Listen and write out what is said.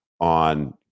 on